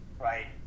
right